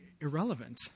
irrelevant